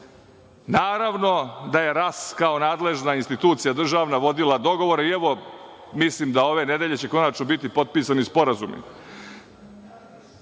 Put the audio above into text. Naravno da je RAS kao nadležna institucija državna vodila dogovore i evo, mislim da će ove nedelje konačno biti potpisani sporazumi. Nije